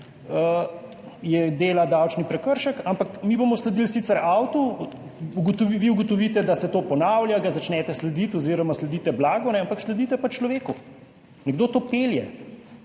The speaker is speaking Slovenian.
ne, dela davčni prekršek, ampak mi bomo sicer sledili avtu. Vi ugotovite, da se to ponavlja, ga začnete slediti oziroma sledite blagu, ampak sledite pa človeku. Nekdo to pelje,